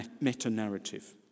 meta-narrative